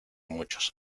muchos